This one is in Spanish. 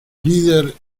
líder